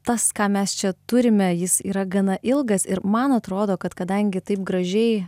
tas ką mes čia turime jis yra gana ilgas ir man atrodo kad kadangi taip gražiai